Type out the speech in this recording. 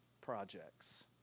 projects